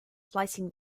splicing